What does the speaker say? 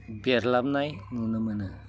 बेरलाबनाय नुनो मोनो